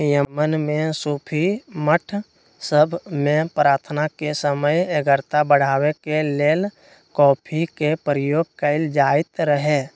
Yemen में सूफी मठ सभ में प्रार्थना के समय एकाग्रता बढ़ाबे के लेल कॉफी के प्रयोग कएल जाइत रहै